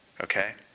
Okay